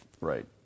Right